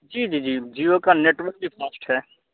جی جی جی جیو کا نیٹورک بھی مست ہے